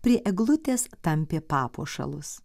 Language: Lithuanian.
prie eglutės tampė papuošalus